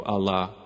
Allah